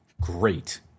great